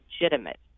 legitimate